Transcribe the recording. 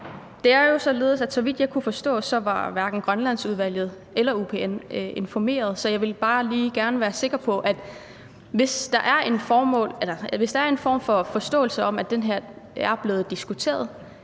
Det er jo, så vidt jeg kunne forstå, således, at hverken Grønlandsudvalget eller UPN var informeret. Så jeg ville bare gerne lige være sikker på, at der er en form for forståelse af, at det er blevet diskuteret,